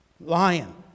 lion